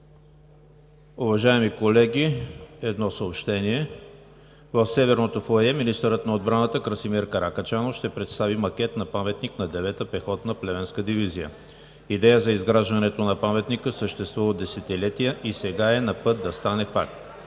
Уважаеми колеги, едно съобщение. В Северното фоайе министърът на отбраната Красимир Каракачанов ще представи макет на паметник на Девета пехотна плевенска дивизия. Идеята за изграждането на паметника съществува от десетилетия и сега е на път да стане факт,